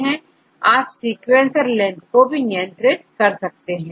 आप sequencer length को भी नियंत्रित किया जा सकता है